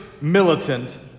militant